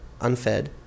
unfed